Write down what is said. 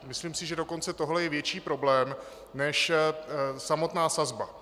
Myslím si, že dokonce tohle je větší problém než samotná sazba.